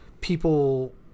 people